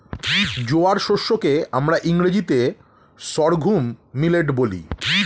জোয়ার শস্য কে আমরা ইংরেজিতে সর্ঘুম মিলেট বলি